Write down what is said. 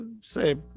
say